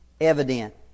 evident